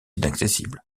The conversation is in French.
inaccessibles